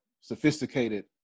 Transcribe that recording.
sophisticated